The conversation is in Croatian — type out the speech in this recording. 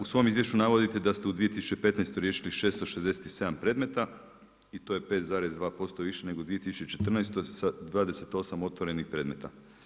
U svom izvješću navodite da ste u 2015. riješili 667 predmet i to je 5,2% više nego u 2014. sa 28 otvorenih predmeta.